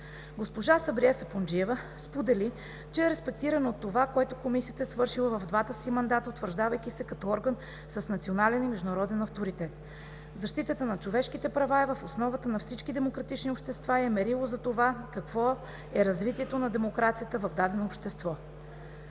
Сабрие Сапунджиева сподели, че е респектирана от това, което Комисията е свършила в двата си мандата, утвърждавайки се като орган с национален и международен авторитет. Защитата на човешките права е в основата на всички демократични общества и е мерило за това какво е развитието на демокрацията в дадено общество.